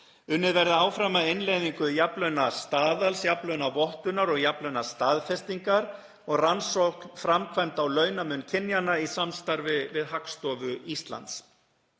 Unnið verði áfram að innleiðingu jafnlaunastaðals, jafnlaunavottunar og jafnlaunastaðfestingar og rannsókn framkvæmd á launamun kynjanna í samstarfi við Hagstofu Íslands.